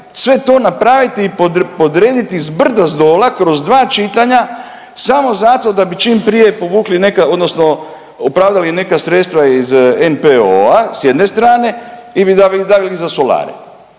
sve to napraviti i podrediti zbrda zdola kroz dva čitanja samo zato da bi čim prije povukli neka odnosno opravdali neka sredstva iz NPO-a s jedne strane ili da …/Govornik